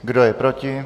Kdo je proti?